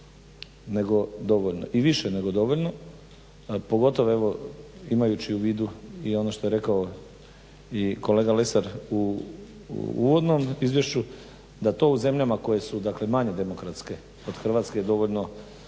nego dovoljno, i više nego dovoljno a pogotovo evo imajući u vidu i ono što je rekao i kolega Lesar u uvodnom izvješću, da to u zemljama koje su, dakle manje demokratske od Hrvatske je dovoljno